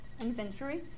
inventory